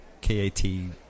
K-A-T